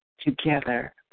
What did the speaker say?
together